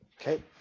Okay